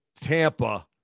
Tampa